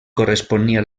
corresponia